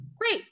great